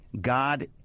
God